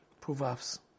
Proverbs